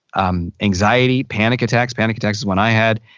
um anxiety, panic attacks. panic attacks is one i had.